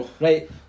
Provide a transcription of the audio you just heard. right